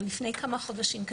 לפני כמה חודשים,